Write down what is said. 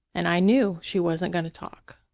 and i knew she wasn't going to talk.